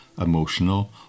emotional